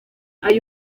hay